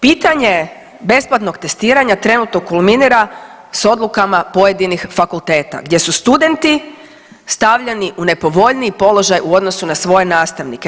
Pitanje besplatnog testiranja trenutno kulminira s odlukama pojedinih fakulteta gdje su studenti stavljeni u nepovoljniji položaj u odnosu na svoje nastavnike.